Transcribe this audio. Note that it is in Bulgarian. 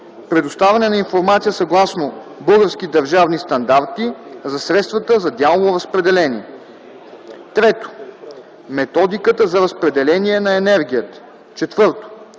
предоставяне на информация, съгласно български държавни стандарти за средствата за дялово разпределение; 3. методиката за разпределение на енергията; 4.